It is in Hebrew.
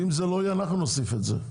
ואם זה לא יעלה אנחנו נוסיף את זה.